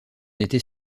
étais